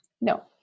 No